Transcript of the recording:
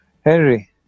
Henry